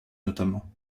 notamment